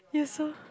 you also